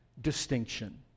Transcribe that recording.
distinction